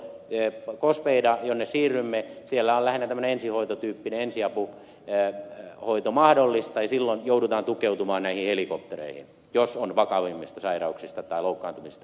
goz beidassa jonne siirrymme on lähinnä tämmöinen ensihoitotyyppinen ensiapuhoito mahdollista ja silloin joudutaan tukeutumaan näihin helikoptereihin jos on vakavammista sairauksista tai loukkaantumisista kysymys